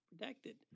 protected